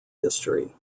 history